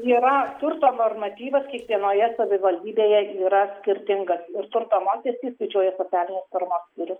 yra turto normatyvas kiekvienoje savivaldybėje yra skirtingas ir turto mokestį skaičiuoja socialinės firmos ir